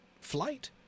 flight